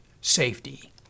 safety